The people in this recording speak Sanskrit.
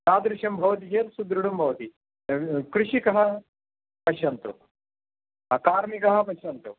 तादृशं भवति चेत् सुद्दृढं भवति कृषिकं पश्यन्तु आ कार्मिकं पश्यन्तु